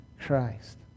Christ